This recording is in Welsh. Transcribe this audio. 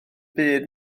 byd